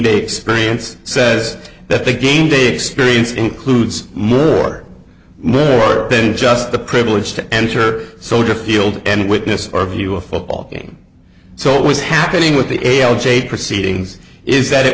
day experience says that the game day experience includes more more than just the privilege to enter soldier field and witness or view a football game so what was happening with the a l j proceedings is that it